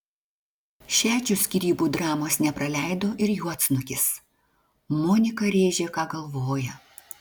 šedžių skyrybų dramos nepraleido ir juodsnukis monika rėžė ką galvoja